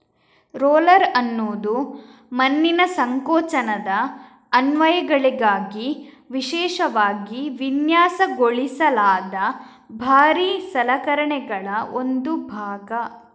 roller ಅನ್ನುದು ಮಣ್ಣಿನ ಸಂಕೋಚನದ ಅನ್ವಯಗಳಿಗಾಗಿ ವಿಶೇಷವಾಗಿ ವಿನ್ಯಾಸಗೊಳಿಸಲಾದ ಭಾರೀ ಸಲಕರಣೆಗಳ ಒಂದು ಭಾಗ